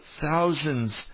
thousands